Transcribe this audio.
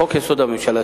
חוק-יסוד: הממשלה,